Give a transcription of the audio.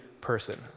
person